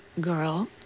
girl